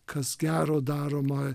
kas gero daroma